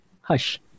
hush